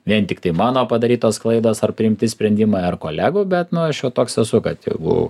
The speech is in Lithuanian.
vien tiktai mano padarytos klaidos ar priimti sprendimai ar kolegų bet nu aš jau toks esu kad jeigu